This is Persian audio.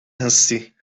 هستی